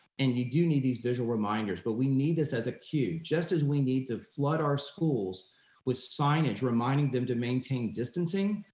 and you do need these visual reminders. but we need this as a cue just as we need to flood our schools with signage reminding them to maintain distancing,